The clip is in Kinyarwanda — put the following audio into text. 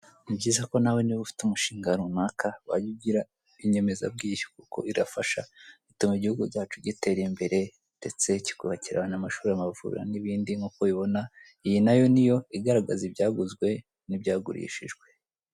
Ni byiza ko nawe niba ufite umushinga runaka wajya ugira inyemeza bwishu kuko irafasha ituma igihugu cyacu gitera imbere ndetse kikubakira n'amashuri, amavuriro n'ibindi nk'uko ubibona iyi nayo niyo igaragaza ibyaguzwe n'ibyagurishijwe.